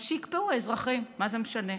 אז שיקפאו האזרחים, מה זה משנה?